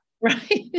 Right